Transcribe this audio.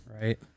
Right